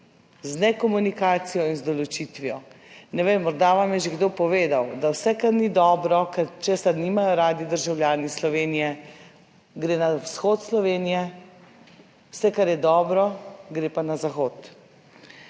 z nekomunikacijo in z določitvijo. Ne vem, morda vam je že kdo povedal, da vse kar ni dobro, ker česar nimajo radi državljani Slovenije gre na vzhod Slovenije, vse kar je dobro gre pa na zahod.